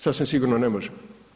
Sasvim sigurno ne može.